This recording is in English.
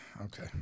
Okay